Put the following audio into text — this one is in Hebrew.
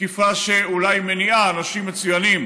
תקיפה שאולי מונעת אנשים מצוינים